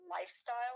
lifestyle